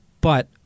but-